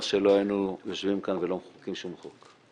שלא היינו יושבים כאן ולא מחוקקים שום חוק,